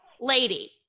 lady